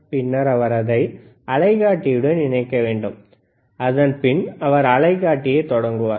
பின்னர் அவர் அதை அலைக்காட்டியுடன் இணைக்க வேண்டும் அதன் பின் அவர் அலைக்காட்டியை தொடங்குவார்